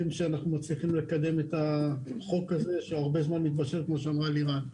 שאנחנו מצליחים לקדם את החוק הזה שהרבה זמן מתבשל כמו שאמרה לירן.